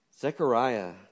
Zechariah